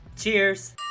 Cheers